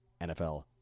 NFL